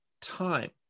time